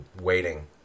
waiting